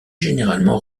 généralement